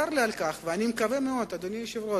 צר לי על כך, ואני מקווה מאוד, אדוני היושב-ראש,